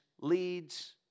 leads